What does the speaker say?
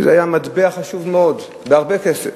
שזה היה מטבע חשוב מאוד, בהרבה כסף.